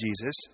Jesus